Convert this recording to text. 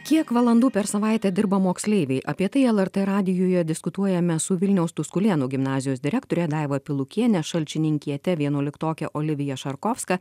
kiek valandų per savaitę dirba moksleiviai apie tai lrt radijuje diskutuojame su vilniaus tuskulėnų gimnazijos direktore daiva pilukiene šalčininkiete vienuoliktoke olivija šarkovska